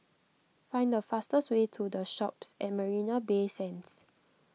find the fastest way to the Shoppes at Marina Bay Sands